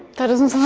that doesn't sound